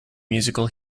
musical